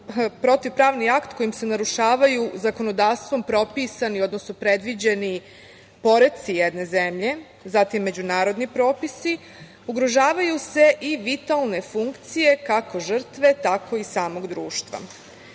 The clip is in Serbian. protivpravni akt kojim se narušavaju zakonodavnom propisani, odnosno predviđeni poretci jedne zemlje, zatim, međunarodni propisi, ugrožavaju se i vitalne funkcije kako žrtve, tako i samog društva. Trgovina